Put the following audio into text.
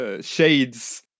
shades